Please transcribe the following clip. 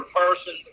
person